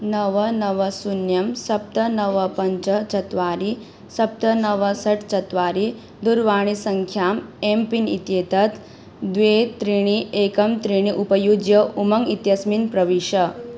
नव नव शून्यं सप्त नव पञ्च चत्वारि सप्त नव षट् चत्वारि दूरवाणीसङ्ख्याम् एम् पिन् इत्येतत् द्वे त्रीणि एकं त्रीणि उपयुज्य उमङ्ग् इत्यस्मिन् प्रविश